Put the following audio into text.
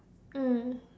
mm